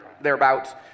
thereabouts